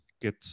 get